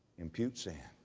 impute sin.